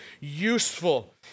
useful